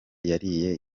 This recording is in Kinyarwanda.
yariye